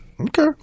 Okay